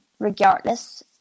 regardless